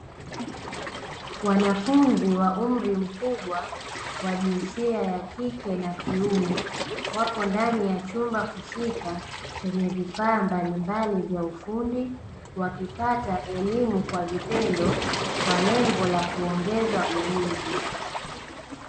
Wanafunzi wa umri mkubwa wa jinsia ya kike na kiume, wapo ndani ya chumba husika chenye vifaa mbalimbali vya ufundi, wakipata elimu kwa vitendo, kwa lengo lakuongeza ujuzi.